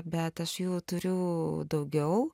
bet aš jų turiu daugiau